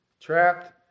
trapped